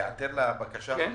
להיעתר לבקשה הזאת.